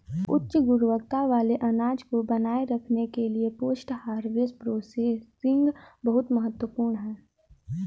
उच्च गुणवत्ता वाले अनाज को बनाए रखने के लिए पोस्ट हार्वेस्ट प्रोसेसिंग बहुत महत्वपूर्ण है